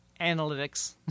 analytics